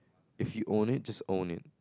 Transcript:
if you own it just own it